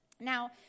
Now